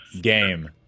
game